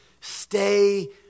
Stay